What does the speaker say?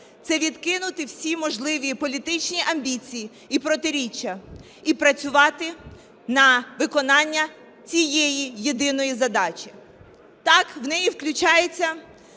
це відкинути всі можливі політичні амбіції і протиріччя і працювати на виконання цієї єдиної задачі. Так, в неї включається